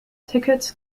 tickets